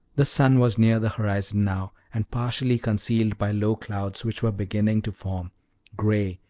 the sun was near the horizon now, and partially concealed by low clouds, which were beginning to form gray,